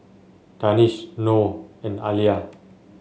Danish Noh and Alya